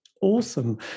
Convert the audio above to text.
awesome